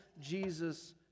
Jesus